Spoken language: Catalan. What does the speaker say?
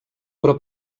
però